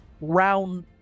round